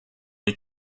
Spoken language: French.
les